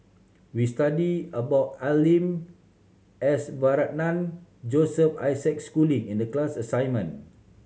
we studied about Al Lim S Varathan Joseph Isaac Schooling in the class assignment